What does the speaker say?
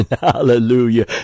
Hallelujah